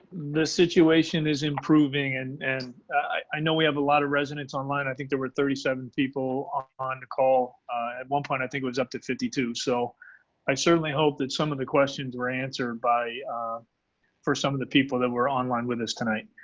the situation is improving and and i know we have a lot of residents online. i think there were thirty seven people on the call. at one point i think it was up to to fifty two. so i certainly hope that some of the questions were answered for some of the people that were online with us tonight.